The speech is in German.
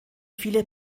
viele